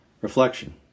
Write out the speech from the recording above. Reflection